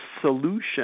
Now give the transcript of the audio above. solution